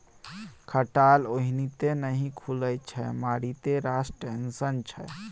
खटाल ओनाहिते नहि खुलैत छै मारिते रास टेंशन छै